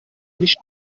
nicht